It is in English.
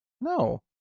No